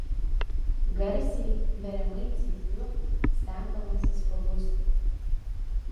garsiai veriamai cypiu stengdamasis pabusti